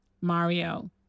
Mario